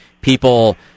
people